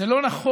זה לא נכון,